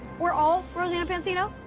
we're all rosanna pansino.